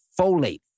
folate